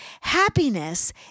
Happiness